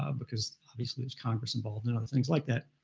ah because obviously it's congress involved and other things like that.